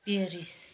Paris